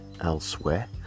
elsewhere